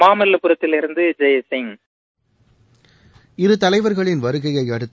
மாமல்லபுரத்திலிருந்து ஜெயசிங்ட இரு தலைவர்களின் வருகையையடுத்து